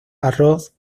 arroz